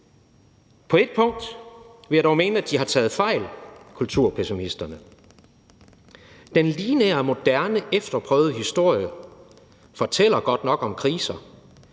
På ét punkt vil jeg dog mene, at kulturpessimisterne har taget fejl. Den lineære moderne efterprøvede historie fortæller godt nok om kriser,